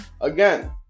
Again